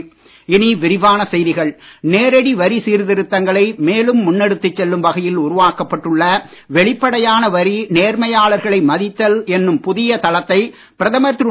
மோடி வரி நேரடி வரி சீர்திருத்தங்களை மேலும் முன் எடுத்துச் செல்லும் உருவாக்கப்பட்டுள்ள வெளிப்படையான வகையில் வரி நேர்மையாளர்களை மதித்தல் என்னும் புதிய தளத்தை பிரதமர் திரு